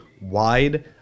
wide